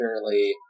fairly